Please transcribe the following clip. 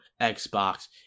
Xbox